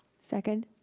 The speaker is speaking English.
second.